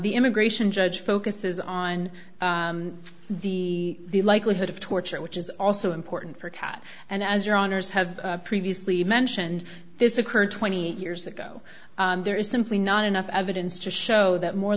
the immigration judge focuses on the likelihood of torture which is also important for cat and as your honour's have previously mentioned this occurred twenty eight years ago there is simply not enough evidence to show that more